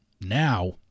Now